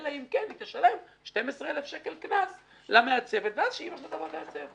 אלא אם כן היא תשלם 12,000 שקל קנס למעצבת ואז שאימא שלה תבוא ותעצב.